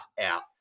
out